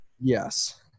Yes